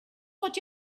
what